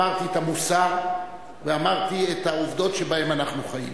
אמרתי את המוסר ואמרתי את העובדות שבהן אנחנו חיים.